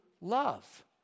love